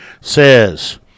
says